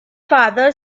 father